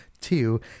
two